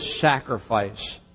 sacrifice